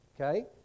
Okay